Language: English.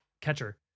Catcher